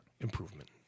Improvement